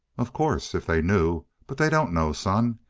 of course. if they knew. but they don't know, son,